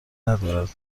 ندارد